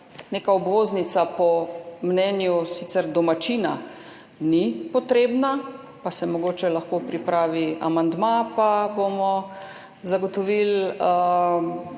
neka obvoznica po mnenju sicer domačina ni potrebna, se pa mogoče lahko pripravi amandma pa bomo zagotovili